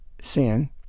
sin